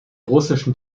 russischen